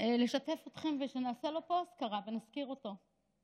לשתף אתכם, ושנעשה לו פה אזכרה ונזכיר אותו.